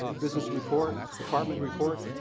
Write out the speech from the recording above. ah business report. department report.